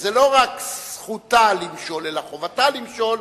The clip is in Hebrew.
שזו לא רק זכותה למשול אלא חובתה למשול,